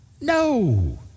No